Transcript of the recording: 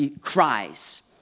cries